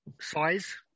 size